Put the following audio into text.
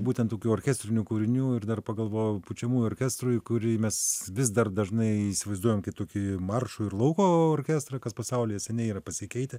būtent tokių orkestrinių kūrinių ir dar pagalvojau pučiamųjų orkestrui kurį mes vis dar dažnai įsivaizduojam kai tokį maršo ir lauko orkestrą kas pasaulyje seniai yra pasikeitę